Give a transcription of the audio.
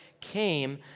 came